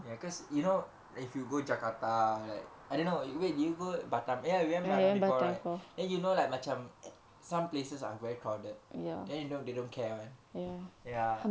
ya cause you know like if you go jakarta like I don't know you wait did go batam ya you went batam before right and you know like macam some places are very crowded then you know they don't care [one] ya